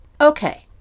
Okay